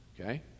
okay